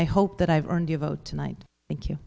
i hope that i've earned your vote tonight thank you